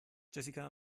jessica